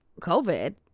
COVID